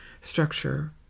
structure